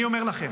אני אומר לכם